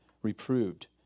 reproved